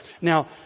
Now